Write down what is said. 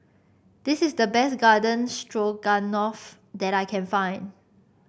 this is the best Garden Stroganoff that I can find